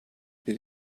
bir